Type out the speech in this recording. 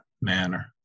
manner